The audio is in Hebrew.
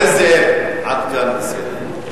עד כאן בסדר.